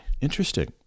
Interesting